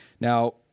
Now